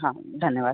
हाँ धन्यवाद